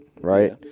right